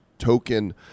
token